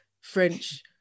French